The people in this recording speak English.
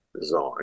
design